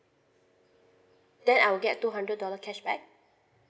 then I'll get two hundred dollar cashback